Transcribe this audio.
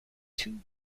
two